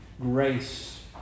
grace